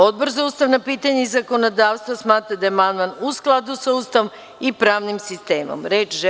Odbor za ustavna pitanja i zakonodavstvo smatra da je amandman u skladu sa Ustavom i pravnim sistemom Republike Srbije.